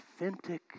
authentic